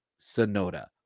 Sonoda